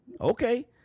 okay